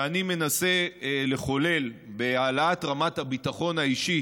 שאני מנסה לחולל בהעלאת רמת הביטחון האישי